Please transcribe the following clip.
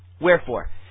wherefore